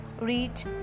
reach